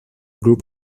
group